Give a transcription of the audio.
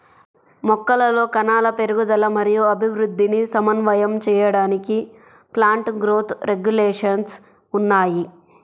మొక్కలలో కణాల పెరుగుదల మరియు అభివృద్ధిని సమన్వయం చేయడానికి ప్లాంట్ గ్రోత్ రెగ్యులేషన్స్ ఉన్నాయి